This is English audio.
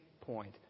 point